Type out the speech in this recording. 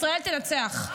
ישראל תנצח.